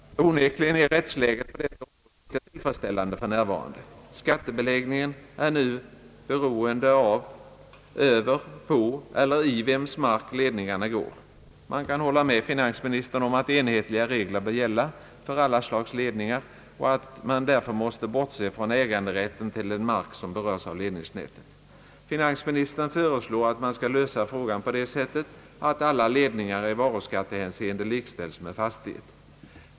Onekligen är rättsläget på detta område inte tillfredsställande för närvarande. Skattebeläggningen är nu beroende av över, på eller i vems mark ledningarna går. Man kan hålla med finansministern om att enhetliga regler bör gälla för alla slags ledningar och att man därför måste bortse från äganderätten till den mark som berörs av ledningsnätet. Finansministern föreslår att man skall lösa frågan på det sättet att alla ledningar i varuskattehänseende likställs med fastighet.